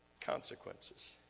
consequences